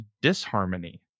disharmony